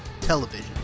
television